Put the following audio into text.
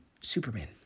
Superman